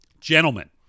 gentlemen